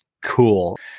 Cool